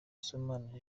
sibomana